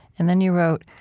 and then you wrote,